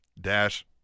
dash